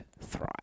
thrive